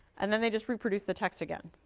and then they just reproduced the text again,